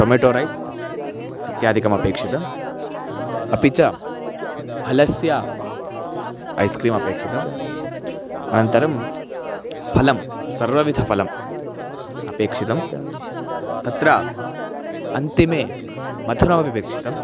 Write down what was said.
tomato rice इत्यादिकमपेक्षितम् अपि च फलस्य ऐस्क्रीम् अपेक्षितम् अनन्तरं फलं सर्वविधफलम् अपेक्षितं तत्र अन्तिमे मधुरमपि अपेक्षितम्